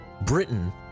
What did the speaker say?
Britain